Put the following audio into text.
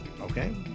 Okay